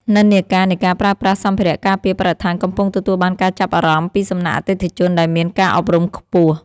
និន្នាការនៃការប្រើប្រាស់សម្ភារៈការពារបរិស្ថានកំពុងទទួលបានការចាប់អារម្មណ៍ពីសំណាក់អតិថិជនដែលមានការអប់រំខ្ពស់។